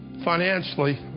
Financially